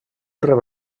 rep